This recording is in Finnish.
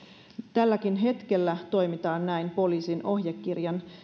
tälläkin hetkellä toimitaan näin poliisin ohjekirjan